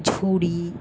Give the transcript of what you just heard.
ছুরি